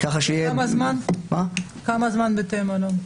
שיהיה --- לכמה זמן בתי מלון?